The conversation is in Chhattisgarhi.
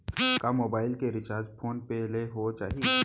का मोबाइल के रिचार्ज फोन पे ले हो जाही?